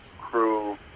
crew